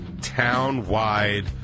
town-wide